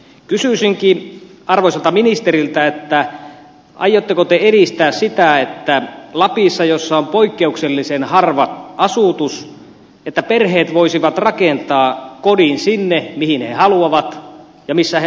kysyisinkin arvoisalta ministeriltä aiotteko te edistää sitä että lapissa jossa on poikkeuksellisen harva asutus perheet voisivat rakentaa kodin sinne mihin he haluavat ja missä he omistavat maata